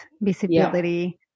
visibility